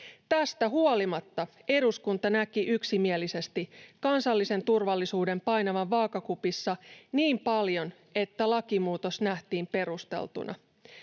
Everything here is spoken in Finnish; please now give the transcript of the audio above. Tästä huolimatta eduskunta näki yksimielisesti kansallisen turvallisuuden painavan vaakakupissa niin paljon, että lakimuutos nähtiin perusteltuna.